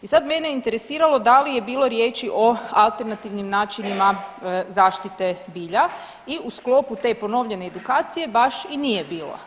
I sad mene je interesiralo da li je bilo riječi o alternativnim načinima zaštite bilja i u sklopu te ponovljene edukacije baš i nije bila.